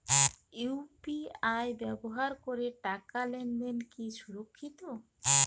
UPI ব্যবহার করে টাকা লেনদেন কি সুরক্ষিত?